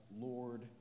Lord